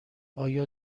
آیا